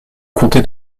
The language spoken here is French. comté